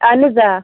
اہن حظ آ